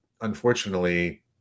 unfortunately